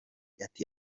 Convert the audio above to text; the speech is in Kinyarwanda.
ati